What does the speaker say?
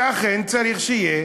שאכן צריך שיהיה